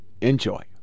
enjoy